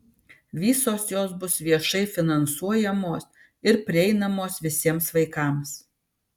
visos jos bus viešai finansuojamos ir prieinamos visiems vaikams